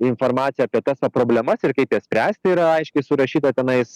informacija apie tas va problemas ir kaip jas spręsti yra aiškiai surašyta tenais